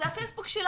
זה הפייסבוק שלך,